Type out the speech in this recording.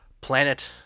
Planet